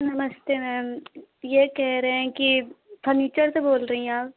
नमस्ते मैम यह कह रहे हैं कि फर्निचर से बोल रही हैं आप